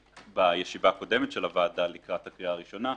בישיבה הקודמת של הוועדה לקראת הקריאה הראשונה,